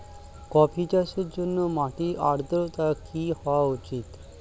Coffee চাষের জন্য মাটির আর্দ্রতা কি হওয়া উচিৎ?